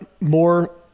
more